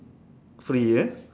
free eh